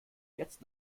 jetzt